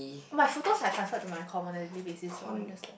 my photos are transfer to my commonality basis so I'm just